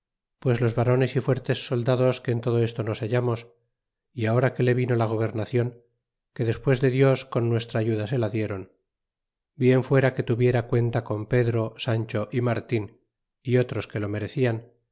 pues los varones y fuertes soldados que en todo esto nos hallamos y ahora que le vino la gobernacion que despues de dios con nuestra ayuda se la dieron bien fuera que tuviera cuenta con pedro sancho y martin y otros que lo merecian